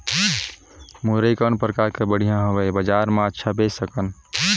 मुरई कौन प्रकार कर बढ़िया हवय? बजार मे अच्छा बेच सकन